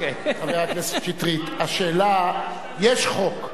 חבר הכנסת שטרית, יש חוק,